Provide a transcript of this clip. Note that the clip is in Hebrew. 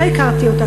לא הכרתי אותה,